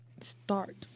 Start